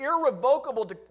irrevocable